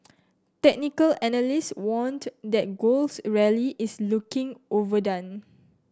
technical analyst warned that gold's rally is looking overdone